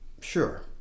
Sure